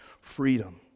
freedom